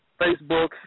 Facebook